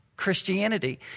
Christianity